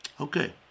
Okay